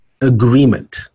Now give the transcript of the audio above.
agreement